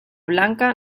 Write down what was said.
blanca